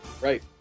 Right